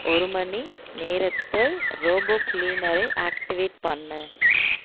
ஒரு மணி நேரத்தில் ரோபோ கிளீனரை ஆக்டிவேட் பண்ணு